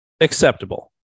Acceptable